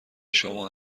شما